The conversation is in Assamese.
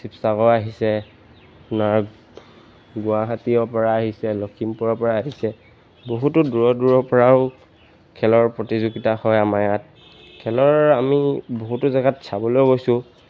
শিৱসাগৰৰ আহিছে আপোনাৰ গুৱাহাটীৰ পৰা আহিছে লখিমপুৰৰ পৰা আহিছে বহুতো দূৰৰ দূৰৰ পৰাও খেলৰ প্ৰতিযোগিতা হয় আমাৰ ইয়াত খেলৰ আমি বহুতো জেগাত চাবলৈ গৈছোঁ